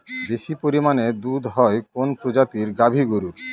বেশি পরিমানে দুধ হয় কোন প্রজাতির গাভি গরুর?